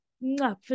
No